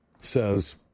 says